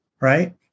Right